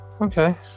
okay